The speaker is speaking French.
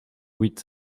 huit